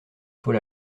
faut